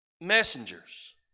messengers